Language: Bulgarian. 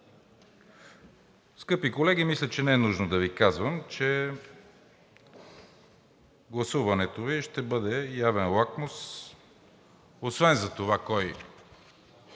Скъпи колеги, мисля, че не е нужно да Ви казвам, че гласуването Ви ще бъде явен лакмус освен за това кой